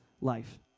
life